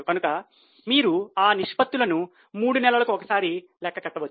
కనుక మీరు ఆ నిష్పత్తులను మూడు నెలలకు ఒకసారి లెక్క కట్టవచ్చు